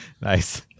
Nice